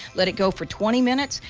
let it go for twenty minutes.